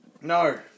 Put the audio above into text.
No